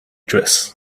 dress